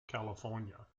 california